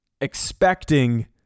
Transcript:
expecting